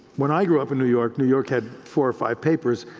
when i grew up in new york, new york had four or five papers,